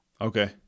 Okay